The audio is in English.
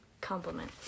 compliment